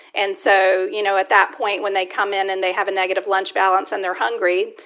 and so, you know, at that point, when they come in and they have a negative lunch balance and they're hungry,